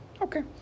okay